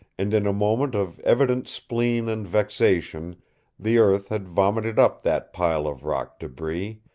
and in a moment of evident spleen and vexation the earth had vomited up that pile of rock debris,